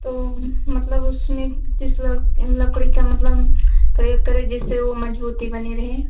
तो मतलब उसमे किस लक लकड़ी का मतलब करीब करीब जिससे वो मजबूती बनी रहे